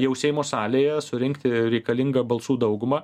jau seimo salėje surinkti reikalingą balsų daugumą